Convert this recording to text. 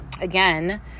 Again